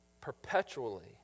perpetually